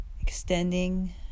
extending